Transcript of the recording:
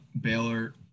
Baylor